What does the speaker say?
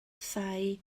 thai